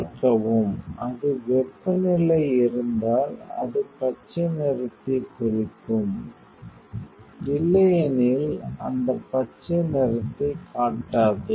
பார்க்கவும் அதிக வெப்பநிலை இருந்தால் அது பச்சை நிறத்தைக் குறிக்கும் இல்லையெனில் அந்த பச்சை நிறத்தைக் காட்டாது